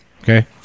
okay